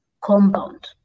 compound